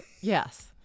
yes